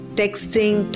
texting